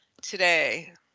today